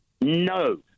No